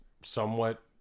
somewhat